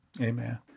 Amen